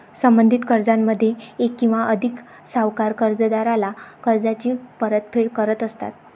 संबंधित कर्जामध्ये एक किंवा अधिक सावकार कर्जदाराला कर्जाची परतफेड करत असतात